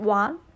one